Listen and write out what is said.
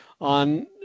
on